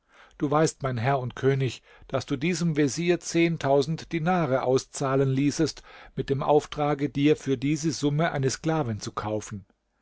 du weißt mein herr und könig daß du diesem vezier dinare auszahlen ließest mit dem auftrage dir für diese summe eine sklavin zu kaufen